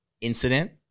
incident